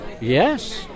Yes